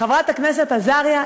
חברת הכנסת עזריה,